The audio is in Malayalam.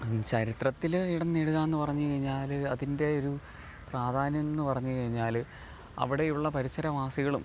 ചരിത്രത്തിൽ ഇടം നേടുക എന്ന് പറഞ്ഞൂ കഴിഞ്ഞാൽ അതിൻ്റെ ഒരു പ്രാധാന്യം എന്ന് പറഞ് കഴിഞ്ഞാല് അവിടെയുള്ള പരിസര വാസികളും